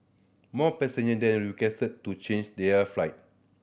more passenger then requested to change their flight